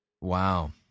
wow